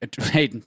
hey